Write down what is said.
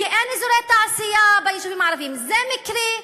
אין אזורי תעשייה ביישובים הערביים, זה מקרי?